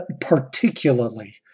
particularly